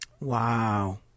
Wow